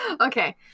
Okay